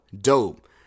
dope